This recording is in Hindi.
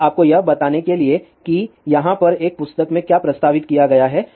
बस आपको यह बताने के लिए कि यहाँ पर एक पुस्तक में क्या प्रस्तावित किया गया है